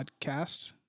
Podcast